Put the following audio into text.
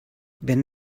wem